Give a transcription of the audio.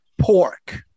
pork